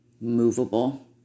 movable